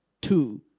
two